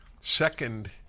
Second